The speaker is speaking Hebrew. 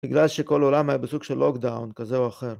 בגלל שכל העולם היה בסוג של לוקדאון, כזה או אחר.